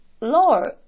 Lord